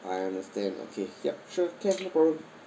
I understand okay yup sure can no problem